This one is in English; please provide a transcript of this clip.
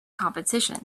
competition